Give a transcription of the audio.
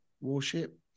warship